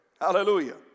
Hallelujah